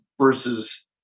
versus –